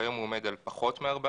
וכיום הוא עומד על פחות מ-14,000,